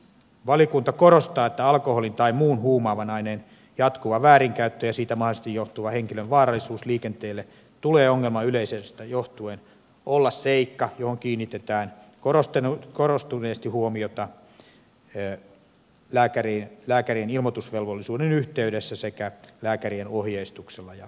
valiokunta korostaa että alkoholin tai muun huumaavaan aineen jatkuvan väärinkäytön ja siitä mahdollisesti johtuvan henkilön vaarallisuuden liikenteelle tulee ongelman yleisyydestä johtuen olla seikka johon kiinnitetään korostuneesti huomiota lääkärin ilmoitusvelvollisuuden yhteydessä sekä lääkärien ohjeistuksella ja kouluttamisella